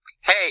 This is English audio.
hey